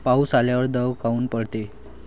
पाऊस आल्यावर दव काऊन पडते?